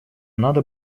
надо